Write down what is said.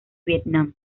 vietnam